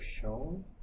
shown